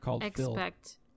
expect